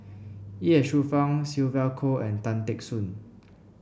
Ye Shufang Sylvia Kho and Tan Teck Soon